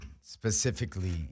specifically